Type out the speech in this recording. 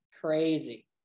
crazy